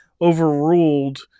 overruled